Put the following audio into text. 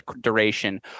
duration